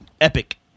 Epic